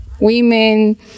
women